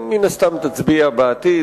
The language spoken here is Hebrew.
מן הסתם, היא תצביע בעתיד.